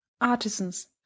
artisans